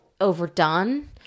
overdone